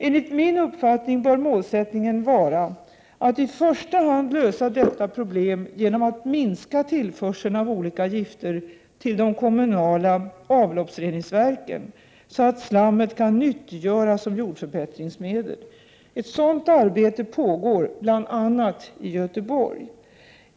Enligt min uppfattning bör målsättningen vara att lösa detta problem i första hand genom att minska tillförseln av olika gifter till de kommunala avloppsreningsverken, så att slammet kan nyttiggöras som jordförbättringsmedel. Ett sådant arbete pågår bl.a. i Göteborg.